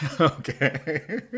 Okay